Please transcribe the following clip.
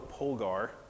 Polgar